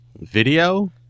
video